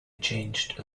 changed